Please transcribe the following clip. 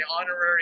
honorary